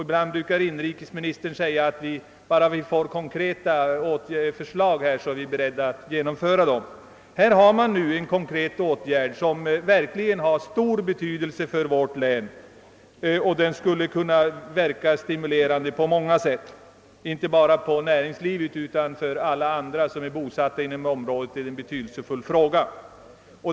Ibland brukar inrikesministern säga: »Bara vi får konkreta förslag är vi beredda att genomföra dem.» Här har man nu en konkret åtgärd, som verkligen har stor betydelse för vårt län och skulle kunna verka stimulerande på många sätt inte bara för näringslivet utan för alla som är bosatta inom området.